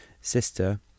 sister